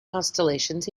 constellations